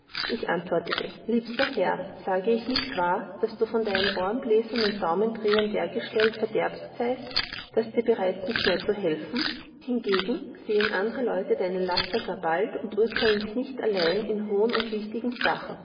ich antwortete liebster herr sage ich nicht wahr daß du von deinen ohrenbläsern und daumendrehern dergestalt verderbet seist daß dir bereits nicht mehr zu helfen hingegen sehen andere leute deine laster gar bald und urteilen dich nicht allein in hohen und wichtigen sachen